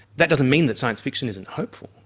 that doesn't mean that science fiction isn't hopeful,